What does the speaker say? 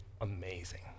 amazing